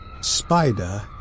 Spider